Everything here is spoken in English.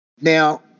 Now